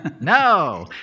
No